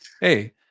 hey